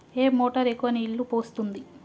ఏ motor ఎక్కువ నీళ్లు పోస్తుంది?